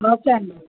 okay అండి